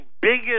biggest